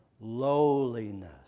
lowliness